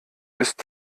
ist